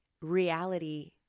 reality